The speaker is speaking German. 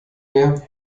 meer